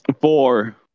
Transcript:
Four